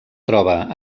troba